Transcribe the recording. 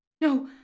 No